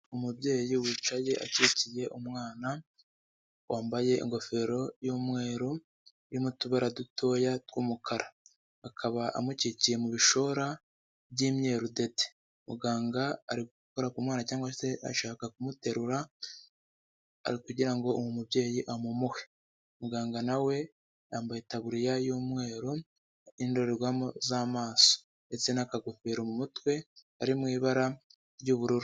Umubyeyi wicaye acikiye umwana wambaye ingofero y'umweru irimo utubara dutoya tw'umukara akaba amukikiye mu bishora by'imyeru dede, muganga arikora ku mwana cyangwa se ashaka kumuterura kugira ngo uwo mubyeyi amumuhe muganga nawe we yambaye itaburiya y'umweru indorerwamo z'amaso ndetse n'akagofero mu mutwe kari mu ibara ry'ubururu.